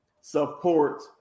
support